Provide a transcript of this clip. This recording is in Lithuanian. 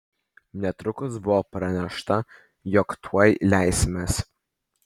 netrukus buvo pranešta jog tuoj leisimės